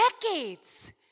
decades